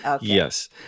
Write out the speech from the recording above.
Yes